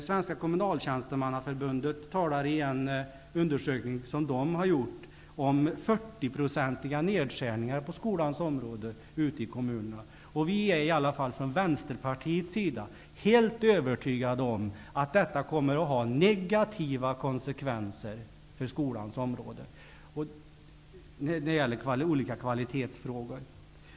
Svenska kommunaltjänstemannaförbundet talar i en undersökning som man gjort om 40-procentiga nedskärningar på skolans område ute i kommunerna. Vi från Vänsterpartiet är helt övertygade om att detta kommer att få negativa konsekvenser på skolans område när det gäller olika kvalitetsfrågor.